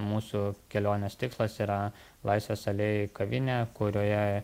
mūsų kelionės tikslas yra laisvės alėjoj kavinė kurioje